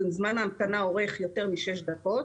אם זמן ההמתנה אורך יותר משש דקות,